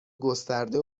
گسترده